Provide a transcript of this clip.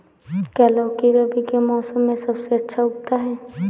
क्या लौकी रबी के मौसम में सबसे अच्छा उगता है?